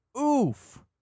Oof